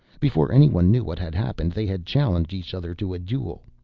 before anyone knew what had happened, they had challenged each other to a duel.